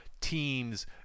teams